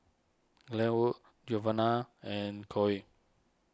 Glenwood Giovana and Coen